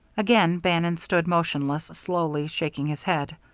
again bannon stood motionless, slowly shaking his head.